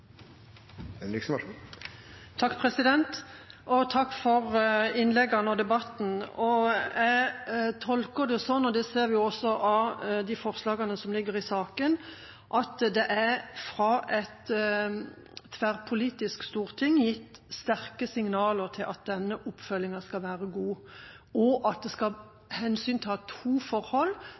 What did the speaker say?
for innleggene og debatten. Jeg tolker det sånn, og det ser vi også av forslagene i saken, at det fra et tverrpolitisk storting er gitt sterke signaler om at denne oppfølginga skal være god, og at det skal hensynta to forhold.